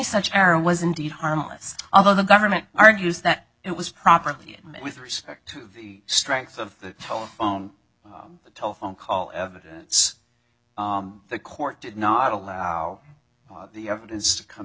such error was indeed harmless although the government argues that it was properly and with respect to the strength of the whole phone telephone call evidence the court did not allow the evidence to come